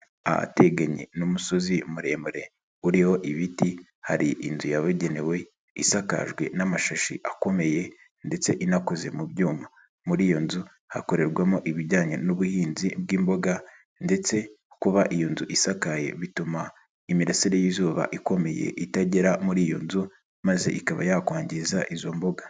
Ahateganye n'umusozi muremure uriho ibiti hari inzu yababugenewe isakajwe n'amashashi akomeye ndetse inakoze mu byuma, muri iyo nzu hakorerwamo ibijyanye n'ubuhinzi bw'imboga ndetse kuba iyo nzu isakaye bituma imirasire y'izuba ikomeye itagera muri iyo nzu maze ikaba yakwangiza izo mboga.